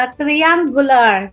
triangular